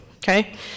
Okay